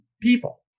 people